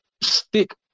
stick